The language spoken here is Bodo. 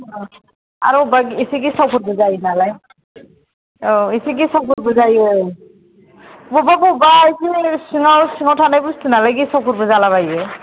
आरो अबेबा एसे गेसावफोरबो जायो नालाय औ एसे गेसावफोरबो जायो बबेबा बबेबा एसे सिङाव सिङाव थानाय बुस्थु नालाय गेसावफोरबो जालाबायो